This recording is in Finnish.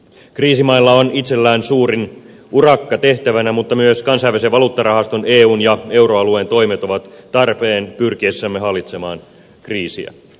kriisimailla on itsellään suurin urakka tehtävänä mutta myös kansainvälisen valuuttarahaston eun ja euroalueen toimet ovat tarpeen pyrkiessämme hallitsemaan kriisiä